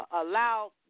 allow